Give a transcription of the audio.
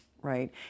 right